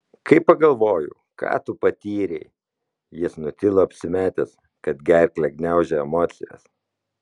kai pagalvoju ką tu patyrei jis nutilo apsimetęs kad gerklę gniaužia emocijos